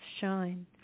shine